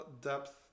depth